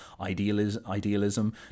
idealism